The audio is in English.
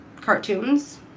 cartoons